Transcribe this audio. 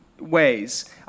ways